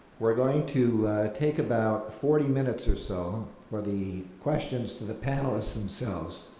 we're going to take about forty minutes or so for the questions to the panelists themselves